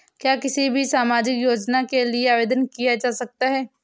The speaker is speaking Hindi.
क्या किसी भी सामाजिक योजना के लिए आवेदन किया जा सकता है?